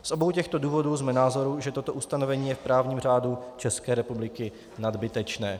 Z obou těchto důvodů jsme názoru, že toto ustanovení je v právním řádu České republiky nadbytečné.